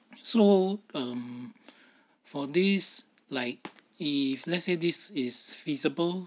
so um for this like if let's say this is feasible